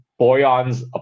Boyan's